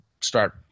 start